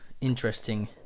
interesting